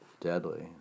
deadly